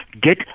get